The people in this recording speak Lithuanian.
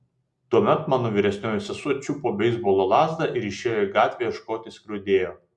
tuomet mano vyresnioji sesuo čiupo beisbolo lazdą ir išėjo į gatvę ieškoti skriaudėjo